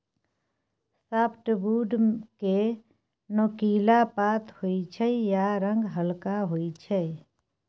softwood केँ नोकीला पात होइ छै आ रंग हल्का होइ छै